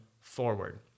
forward